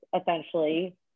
essentially